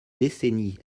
décennies